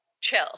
chill